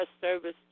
service